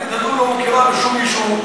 התוכנית הזו לא מכירה בשום יישוב.